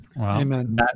Amen